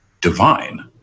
divine